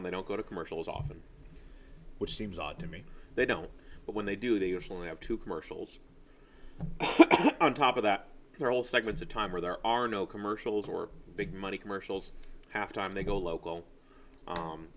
one they don't go to commercials often which seems odd to me they don't but when they do they actually have to commercials on top of that they're all segments of time where there are no commercials or big money commercials half time they go lo